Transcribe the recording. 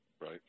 Right